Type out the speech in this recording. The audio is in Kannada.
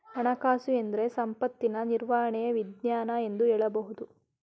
ಹಣಕಾಸುಎಂದ್ರೆ ಸಂಪತ್ತಿನ ನಿರ್ವಹಣೆಯ ವಿಜ್ಞಾನ ಎಂದು ಹೇಳಬಹುದು